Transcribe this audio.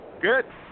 Good